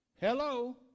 Hello